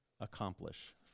accomplish